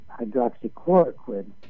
hydroxychloroquine